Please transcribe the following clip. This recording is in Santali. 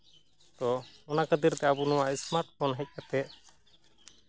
ᱛᱚ ᱚᱱᱟ ᱠᱷᱟᱹᱛᱤᱨ ᱛᱮ ᱟᱵᱚ ᱱᱚᱣᱟ ᱥᱢᱟᱨᱴ ᱯᱷᱳᱱ ᱦᱮᱡ ᱠᱟᱛᱮᱫ